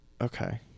okay